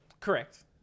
correct